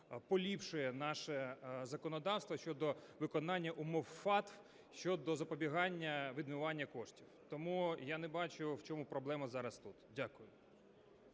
поліпшує наше законодавство щодо виконання умов FATF щодо запобігання відмиванню коштів. Тому я не бачу, в чому проблема зараз тут. Дякую.